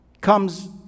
comes